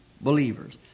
believers